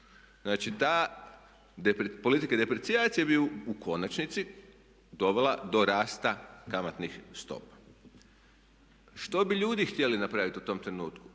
Znači ta politika deprecijacije bi u konačnici dovela do rasta kamatnih stopa. Što bi ljudi htjeli napraviti u tom trenutku?